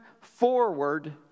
forward